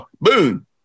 Boom